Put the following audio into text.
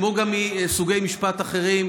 כמו גם מסוגי משפט אחרים.